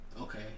Okay